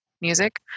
music